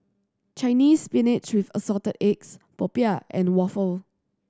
Chinese Spinach with Assorted Eggs popiah and waffle